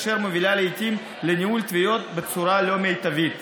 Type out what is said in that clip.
אשר מובילה לעיתים לניהול תביעות בצורה לא מיטבית.